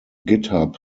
github